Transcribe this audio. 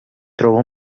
trova